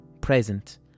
present